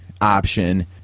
option